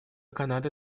канада